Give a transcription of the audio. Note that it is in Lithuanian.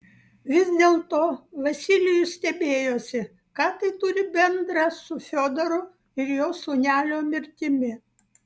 vis dėlto vasilijus stebėjosi ką tai turi bendra su fiodoru ir jo sūnelio mirtimi